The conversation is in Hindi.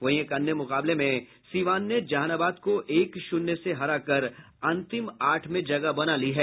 वहीं एक अन्य मुकाबले में सीवान ने जहानाबाद को एक शून्य से हराकर अंतिम आठ में जगह बना ली है